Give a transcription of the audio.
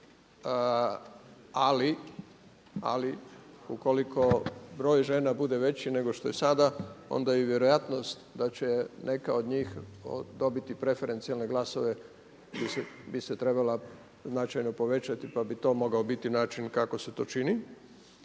Ali ukoliko broj žena bude veći nego što je sada, onda je i vjerojatnost da će neka od njih dobiti preferencijalne glasove bi se trebala značajno povećati, pa bi to mogao biti način kako se to čini.